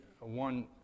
one